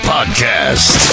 Podcast